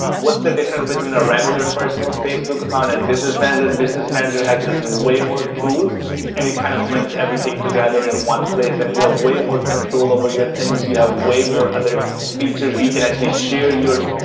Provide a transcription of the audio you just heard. what's the difference between a regular personal facebook account and business manager? business manager has just way more tools and it kind of brings everything together in one place. and you have way more control over your things, you have way more other features. you can actually share your,